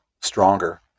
stronger